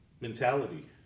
mentality